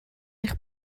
eich